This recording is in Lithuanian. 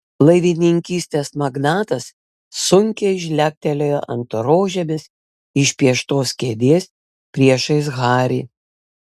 laivininkystės magnatas sunkiai žlegtelėjo ant rožėmis išpieštos kėdės priešais harį